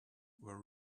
were